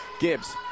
Gibbs